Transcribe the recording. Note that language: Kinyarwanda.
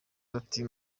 ati